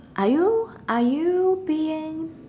are you are you being